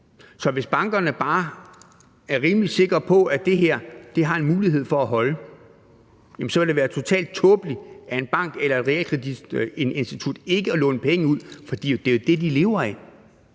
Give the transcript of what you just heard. realkreditinstitut bare er rimelig sikre på, at det her har en mulighed for at holde, så vil det være totalt tåbeligt af dem ikke at låne penge ud. For det er jo det, de lever af.